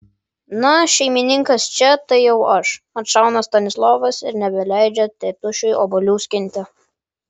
na šeimininkas čia tai jau aš atšauna stanislovas ir nebeleidžia tėtušiui obuolių skinti